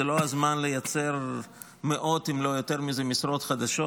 זה לא הזמן לייצר מאות משרות חדשות,